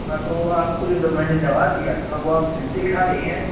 ہاں تو وہ آپ کو جو دو میں نے دوا دیا تھا وہ آپ ٹائم پہ کھا رہی ہیں